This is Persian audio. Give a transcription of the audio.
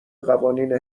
قوانین